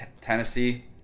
Tennessee